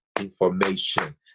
information